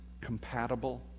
compatible